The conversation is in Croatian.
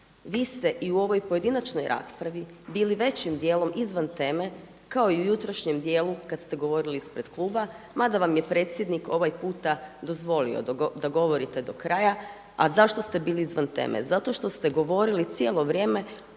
Vi ste i u ovoj pojedinačnoj raspravi bili većim djelom izvan teme kao i u jutrošnjem dijelu kad ste govorili ispred kluba mada vam je predsjednik ovaj puta dozvolio da govorite do kraja. A zašto ste bili izvan teme? Zato što ste govorili cijelo vrijeme